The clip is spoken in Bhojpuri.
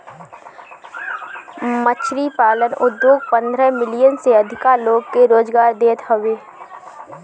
मछरी पालन उद्योग पन्द्रह मिलियन से अधिका लोग के रोजगार देत हवे